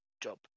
job